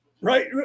Right